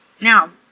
Now